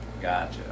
Gotcha